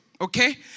okay